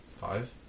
Five